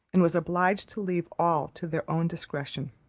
and was obliged to leave all to their own discretion.